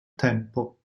tempo